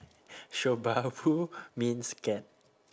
shobabu means cat